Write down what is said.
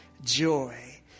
joy